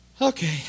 Okay